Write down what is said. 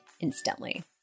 instantly